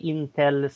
Intel